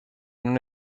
non